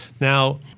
Now